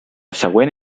següent